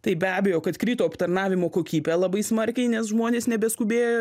tai be abejo kad krito aptarnavimo kokybė labai smarkiai nes žmonės nebeskubėjo